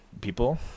people